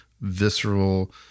visceral